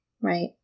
Right